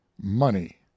Money